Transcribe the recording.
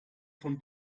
von